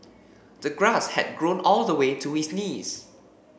the grass had grown all the way to his knees